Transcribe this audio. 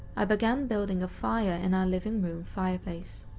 i began building a fire in our living room fireplace.